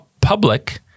public